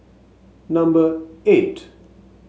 number eight